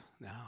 now